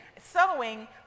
sowing